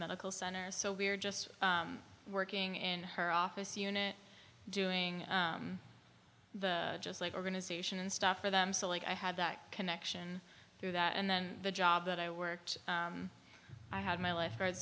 medical center so we're just working in her office unit doing the just like organization and stuff for them so like i had that connection through that and then the job that i worked i had my life